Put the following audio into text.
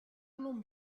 non